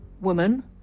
woman